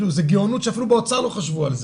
זה גאונות שאפילו באוצר לא חשבו על זה.